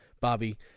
Bobby